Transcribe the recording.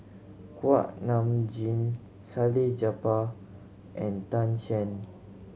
Kuak Nam Jin Salleh Japar and Tan Shen